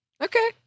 okay